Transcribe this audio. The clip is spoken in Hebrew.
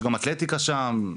יש גם אתלטיקה שם.